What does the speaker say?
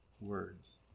words